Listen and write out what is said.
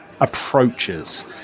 approaches